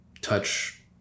touch